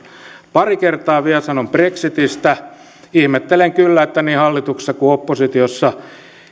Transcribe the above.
pari kertaa vielä sanon brexitistä ihmettelen kyllä että niin hallituksessa kuin oppositiossa